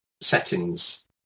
settings